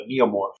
Neomorph